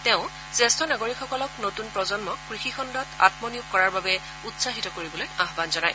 তেওঁ জ্যেষ্ঠ নাগৰিকসকলক নতুন প্ৰজন্মক কৃষিখণ্ডত আমনিয়োগ কৰাৰ বাবে উৎসাহিত কৰিবলৈ আহান জনায়